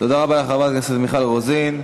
תודה רבה לחברת הכנסת מיכל רוזין.